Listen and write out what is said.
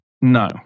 No